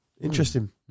interesting